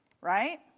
right